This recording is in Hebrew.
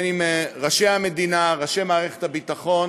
אם ראשי המדינה, ראשי מערכת הביטחון